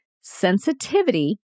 Sensitivity